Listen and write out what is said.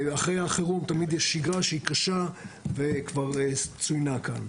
ואחרי החירום תמיד יש שגרה שהיא קשה וכבר צוינה כאן.